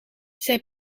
zij